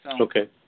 Okay